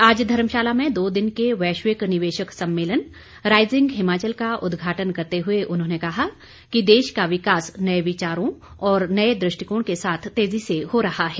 आज धर्मशाला में दो दिन के वैश्विक निवेशक सम्मेलन राइजिंग हिमाचल का उद्घाटन करते हुए उन्होंने कहा कि देश का विकास नये विचारों और नये दृष्टिकोण के साथ तेजी से हो रहा है